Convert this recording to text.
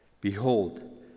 behold